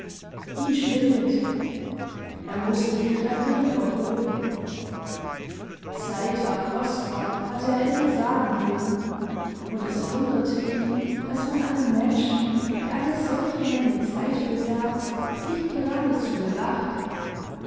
ihn schwindelte er mußte sich ein wenig erholen zeit war kostbar hatte er immer sagen hören und es wunderte ihn daß man einen menschen der eine solche menge zeit besaß nicht geradezu bewachte